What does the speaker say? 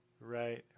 Right